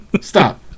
Stop